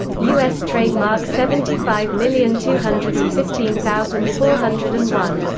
u s. trademark seventy five million two hundred and fifteen thousand four hundred and one,